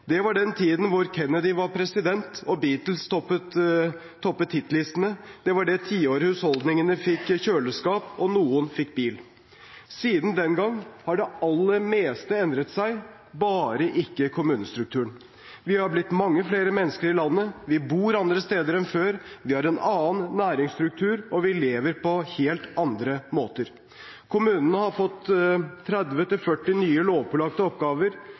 Det var den tiden da Kennedy var president og Beatles toppet hitlistene. Det var det tiåret husholdningene fikk kjøleskap og noen fikk bil. Siden den gang har det aller meste endret seg – bare ikke kommunestrukturen. Vi har blitt mange flere mennesker i landet, vi bor andre steder enn før, vi har en annen næringsstruktur, og vi lever på helt andre måter. Kommunene har fått 30–40 nye lovpålagte oppgaver.